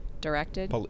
directed